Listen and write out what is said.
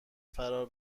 فرار